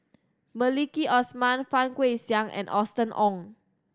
Maliki Osman Fang Guixiang and Austen Ong